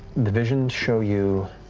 the visions show you